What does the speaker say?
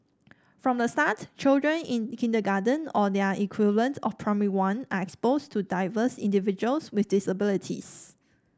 from the start children in kindergarten or their equivalent of Primary One are exposed to diverse individuals with disabilities